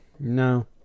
No